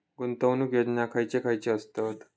गुंतवणूक योजना खयचे खयचे आसत?